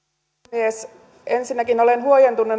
puhemies ensinnäkin olen huojentunut